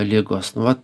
ligos nu vat